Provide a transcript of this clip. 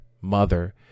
mother